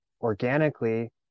organically